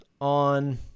on